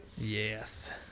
Yes